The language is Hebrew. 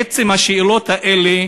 עצם השאלות האלה,